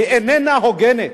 איננה הוגנת,